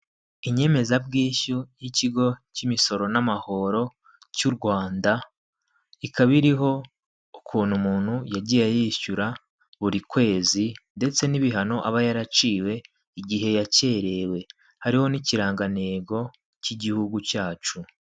Inyemezabwishyu y'ikigo cy'imisoro n'amahoro cy'u Rwanda, ikaba iriho ukuntu umuntu yagiye yishyura buri kwezi ndetse n'ibihano aba yaraciwe igihe yakererewe, hariho n'ikirangantego cy'igihugu cyacu.